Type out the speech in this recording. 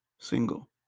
single